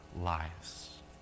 lives